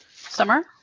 summer